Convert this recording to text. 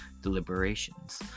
deliberations